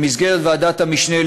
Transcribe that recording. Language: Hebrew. במסגרת ועדת המשנה,